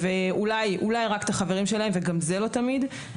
אולי רק את החברים שלהם וגם זה לא תמיד.